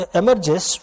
emerges